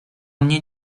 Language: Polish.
mnie